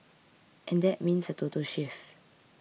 and that means a total shift